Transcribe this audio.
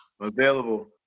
Available